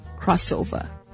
crossover